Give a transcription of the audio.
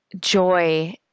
joy